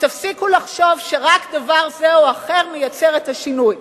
ותפסיקו לחשוב שרק דבר זה או אחר מייצר את השינוי.